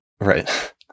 Right